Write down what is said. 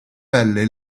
pelle